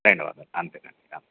ధన్యవాదాలు అంతేనండి అంతే